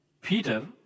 Peter